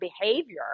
behavior